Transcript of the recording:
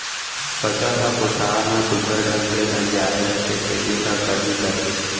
फसल ह कोठार म सुग्घर ढंग ले गंजाय रथे तेने ल खरही कथें